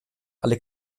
alle